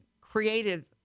created